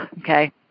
Okay